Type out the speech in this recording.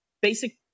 basic